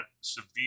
severe